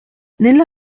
nella